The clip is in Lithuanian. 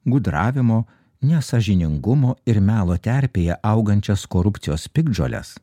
gudravimo nesąžiningumo ir melo terpėje augančias korupcijos piktžoles